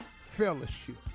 fellowship